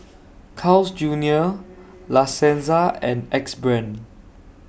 Carl's Junior La Senza and Axe Brand